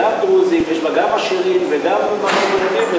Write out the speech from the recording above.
גם דרוזים, יש בה גם עשירים וגם עניים.